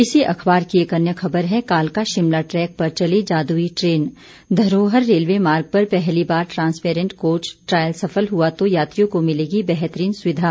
इसी अखबार की एक अन्य खबर है कालका शिमला ट्रैक पर चली जादुई ट्रेन धरोहर रेलवे मार्ग पर पहली बार ट्रांसपेरेंट कोच ट्रायल सफल हुआ तो यात्रियों को मिलेगी बेहतरीन सुविधा